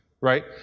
right